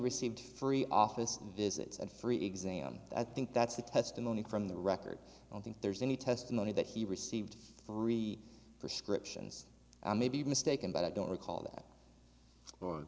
received free office visits and free exam i think that's the testimony from the record i don't think there's any testimony that he received three scription i may be mistaken but i don't recall that or